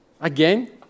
Again